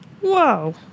whoa